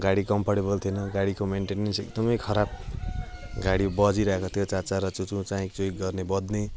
गाडी कम्फोर्टेबल थिएन गाडीको मेन्टेनेन्स एकदमै खराब गाडी बजिरहेको थियो चाँचाँ र चुँचुँ चाँइक चुँइक गर्ने बज्ने